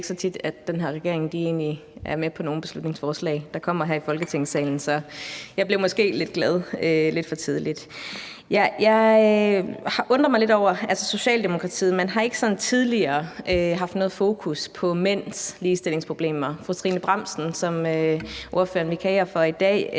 Jeg undrer mig lidt over Socialdemokratiet. Man har ikke tidligere haft noget fokus på mænds ligestillingsproblemer. Fru Trine Bramsen, som ordføreren